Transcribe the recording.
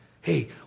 Hey